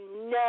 no